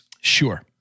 Sure